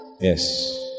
yes